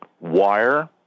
Wire